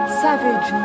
savage